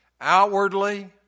outwardly